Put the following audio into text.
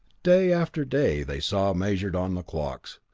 day after day they saw measured on the clocks,